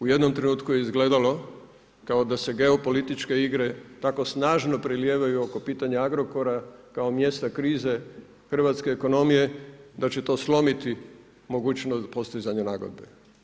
U jednom trenutku je izgledalo kao da se geopolitičke igre tako snažno prelijevaju oko pitanja Agrokora kao mjesta krize hrvatske ekonomije da će to slomiti mogućnost postizanja nagodbe.